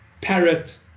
parrot